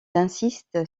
insiste